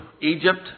Egypt